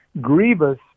grievous